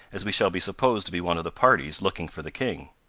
as we shall be supposed to be one of the parties looking for the king.